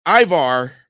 Ivar